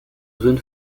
zone